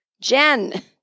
Jen